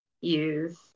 use